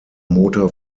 motor